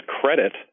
credit